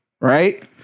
right